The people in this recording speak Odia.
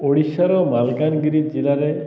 ଓଡ଼ିଶାର ମାଲଗାନଗିରି ଜିଲ୍ଲାରେ